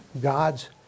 God's